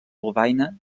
lovaina